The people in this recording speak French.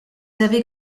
avez